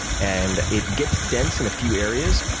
and it gets dense in a few areas.